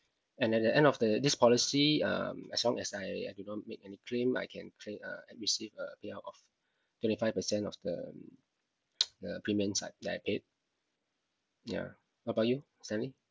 and at the end of the this policy um as long as I I do not make any claim I can claim uh I receive a payout of twenty five percent of the the premiums I that I paid ya what about you stanley